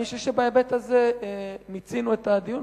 אני חושב שבהיבט הזה מיצינו את הדיון,